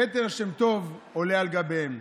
כתר שם טוב עולה על גביהן".